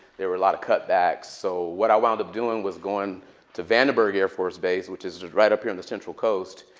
there were a lot of cutbacks. so what i wound up doing was going to vandenberg air force base, which is is right up here on the central coast.